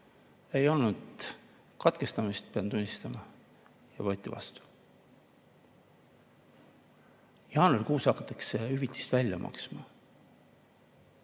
Ei olnud katkestamist, pean tunnistama, see võeti vastu, et jaanuarikuus hakatakse hüvitist välja maksma.